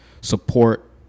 support